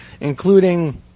including